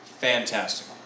Fantastic